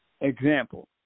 Example